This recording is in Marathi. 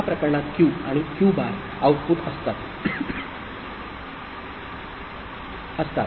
एका प्रकरणात Q आणि Q बार आउटपुट असतात आत